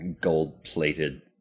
gold-plated